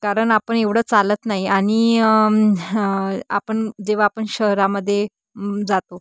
कारण आपण एवढं चालत नाही आणि आपण जेव्हा आपण शहरामध्ये जातो